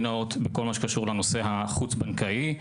הנאות בכל מה שקשור לנושא החוץ בנקאי.